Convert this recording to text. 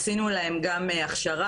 עשינו להן גם הכשרה,